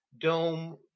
dome